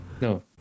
No